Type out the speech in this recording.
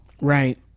right